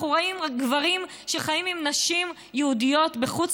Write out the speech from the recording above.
אנחנו רואים גברים שחיים עם נשים יהודיות בחוץ